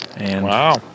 Wow